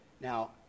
Now